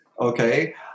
okay